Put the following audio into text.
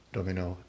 Domino